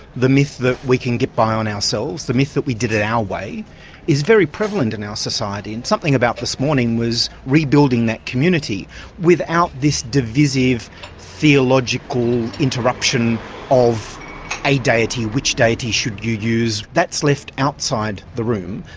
the myth that we can get by on ourselves, the myth that we did it our way is very prevalent in our society, and something about this morning was rebuilding that community without this divisive theological interruption of a deity, which deity should you use. that's left outside the room,